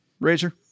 Razor